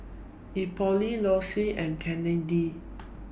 Euphemia Lossie and Candi